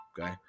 Okay